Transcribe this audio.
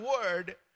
word